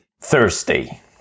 Thursday